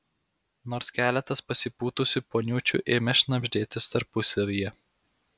nors keletas pasipūtusių poniučių ėmė šnabždėtis tarpusavyje